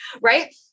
Right